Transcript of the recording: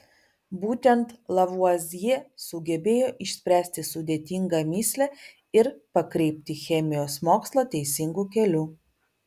būtent lavuazjė sugebėjo išspręsti sudėtingą mįslę ir pakreipti chemijos mokslą teisingu keliu